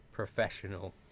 professional